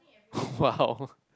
!wow!